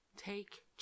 Take